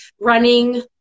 running